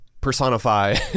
personify